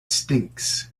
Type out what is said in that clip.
stinks